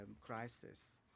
crisis